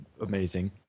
Amazing